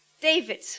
David